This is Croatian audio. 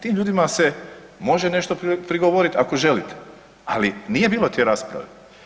Tim ljudima se može nešto prigovoriti ako želite, ali nije bilo te rasprave.